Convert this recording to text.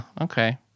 okay